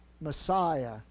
Messiah